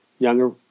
younger